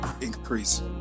increase